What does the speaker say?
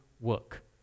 work